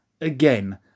again